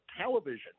television